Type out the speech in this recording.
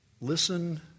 listen